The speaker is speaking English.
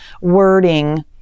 wording